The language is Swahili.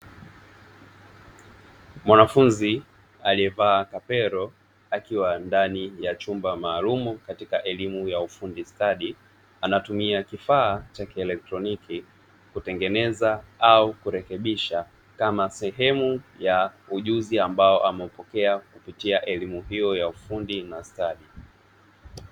Mwanafunzi aliyevaa kapero akiwa ndani ya chumba maalumu katika elimu ya ufundi stadi, anatumia kifaa cha kieletroniki kutengeneza au kurekebisha kama sehemu ya ujuzi ambao ameupokea kupitia elimu hiyo ya ufundi na stadi.